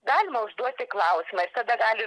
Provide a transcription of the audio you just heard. galima užduoti klausimą ir tada gali